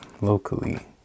locally